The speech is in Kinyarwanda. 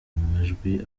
majwi